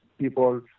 people